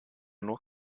nur